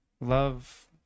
love